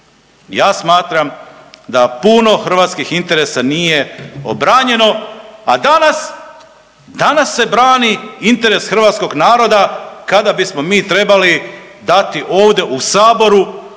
Ja smatram da puno hrvatskih interesa nije obranjeno, a danas, danas se brani interes hrvatskog naroda kada bismo mi trebali dati ovdje u saboru